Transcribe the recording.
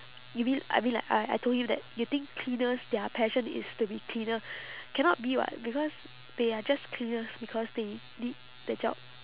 you mean I mean like I I told him that you think cleaners their passion is to be cleaner cannot be [what] because they are just cleaners because they need the job